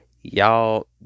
Y'all